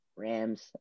Rams